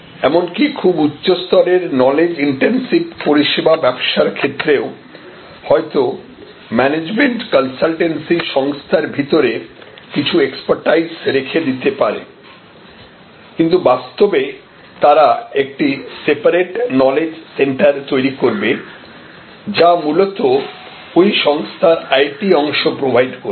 এমনকি খুব উচ্চস্তরের নলেজ ইনটেনসিভ পরিষেবা ব্যবসার ক্ষেত্রেও হয়তো ম্যানেজমেন্ট কনসালটেন্সি সংস্থার ভিতরে কিছু এক্সপারটিস রেখে দিতে পারে কিন্ত বাস্তবে তারা একটি সেপারেট নলেজ সেন্টার তৈরি করবে যা মূলত ওই সংস্থার IT অংশ প্রোভাইড করবে